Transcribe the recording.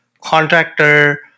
contractor